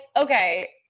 okay